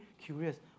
curious